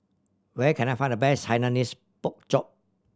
where can I find the best Hainanese Pork Chop